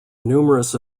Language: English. numerous